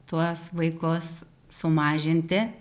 tuos vaikus sumažinti